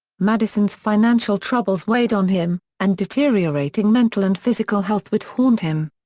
madison's financial troubles weighed on him, and deteriorating mental and physical health would haunt him.